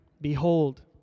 Behold